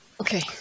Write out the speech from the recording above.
okay